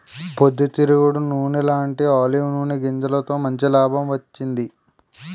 పొద్దు తిరుగుడు నూనెలాంటీ ఆలివ్ నూనె గింజలతో మంచి లాభం వచ్చింది